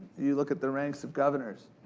you look at the ranks of governors.